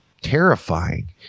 terrifying